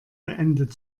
beendet